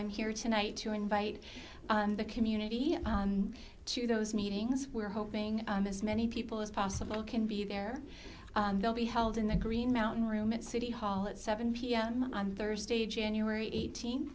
i'm here tonight to invite the community to those meetings we're hoping as many people as possible can be there will be held in the green mountain room at city hall at seven pm on thursday january eighteen